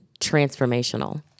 transformational